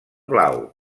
blau